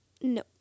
no